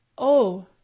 oh.